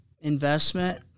investment